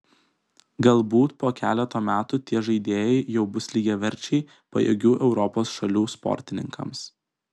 galbūt po keleto metų tie žaidėjai jau bus lygiaverčiai pajėgių europos šalių sportininkams